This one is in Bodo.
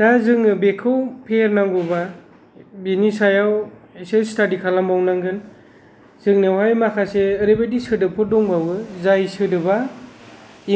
दा जोङो बेखौ फेहेरनांगौब्ला बिनि सायाव इसे स्टाडि खालामबावनांगोन जोंनियावहाय माखासे ओरैबायदि सोदोबफोर दंबावो जाय सोदोबा